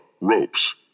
Ropes